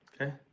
okay